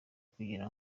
kugira